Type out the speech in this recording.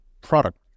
product